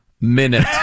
minute